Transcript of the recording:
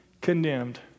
condemned